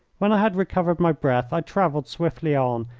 when i had recovered my breath i travelled swiftly on,